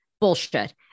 Bullshit